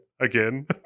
Again